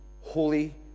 Holy